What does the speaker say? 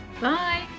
Bye